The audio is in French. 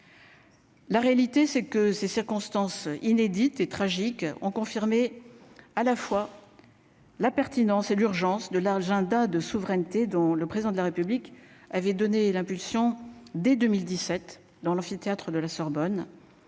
La réalité c'est que ces circonstances inédite et tragique ont confirmé à la fois la pertinence et l'urgence de l'agenda de souveraineté dont le président de la République avait donné l'impulsion dès 2017 dans l'amphithéâtre de la Sorbonne